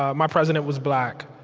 ah my president was black,